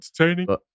Entertaining